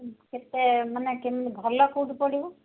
କେତେ ମାନେ ଭଲ କେଉଁଠୁ ପଡ଼ିବ